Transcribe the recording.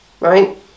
Right